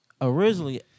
originally